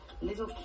little